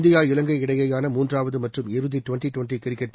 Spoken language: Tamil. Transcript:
இந்தியா இலங்கை இடையேயான மூன்றாவது மற்றும் இறுதி ட்வென்டி ட்வென்டி கிரிக்கெட்